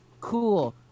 cool